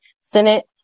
Senate